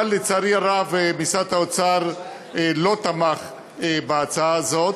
אבל, לצערי הרב, משרד האוצר לא תמך בהצעה הזאת,